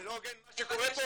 זה לא הוגן מה שאתה עושה,